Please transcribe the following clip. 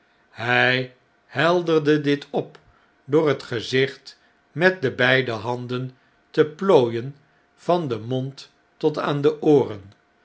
hjj helderde dit op door het gezicht met de beide handen te plooien van den mond tot aan de ooren